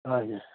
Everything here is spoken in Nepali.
हजुर